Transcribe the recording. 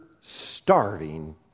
starving